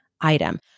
item